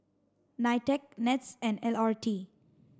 NITEC NETS and L R T